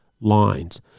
lines